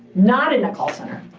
not in a call center.